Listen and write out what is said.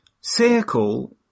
circle